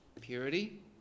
purity